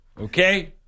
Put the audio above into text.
Okay